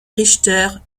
richter